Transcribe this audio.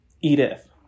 Edith